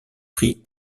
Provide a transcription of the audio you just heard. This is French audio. prix